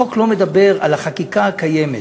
החוק לא מדבר על החקיקה הקיימת,